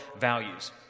values